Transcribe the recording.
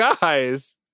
guys